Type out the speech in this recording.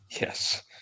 Yes